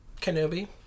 Kenobi